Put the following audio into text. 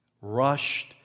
rushed